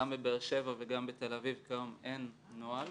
גם בבאר שבע וגם בתל אביב כיום אין נוהל.